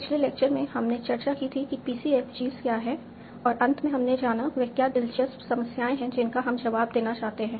पिछले लेक्चर में हमने चर्चा की थी कि PCFGs क्या है और अंत में हमने जाना वे क्या दिलचस्प समस्याएं हैं जिनका हम जवाब देना चाहते हैं